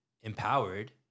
empowered